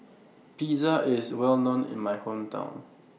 Pizza IS Well known in My Hometown